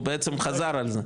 הוא בעצם חזר על זה,